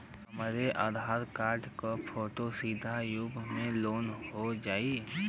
हमरे आधार कार्ड क फोटो सीधे यैप में लोनहो जाई?